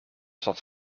zat